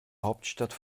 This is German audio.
hauptstadt